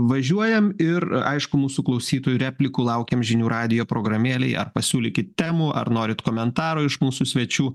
važiuojam ir aišku mūsų klausytojų replikų laukiam žinių radijo programėlėj pasiūlykit temų ar norit komentaro iš mūsų svečių